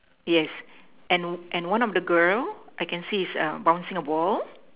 yes and and one of the girl I can see is err bouncing a ball